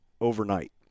overnight